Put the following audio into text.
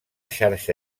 xarxa